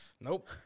Nope